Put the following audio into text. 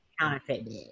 counterfeit